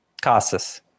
Casas